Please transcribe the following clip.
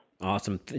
awesome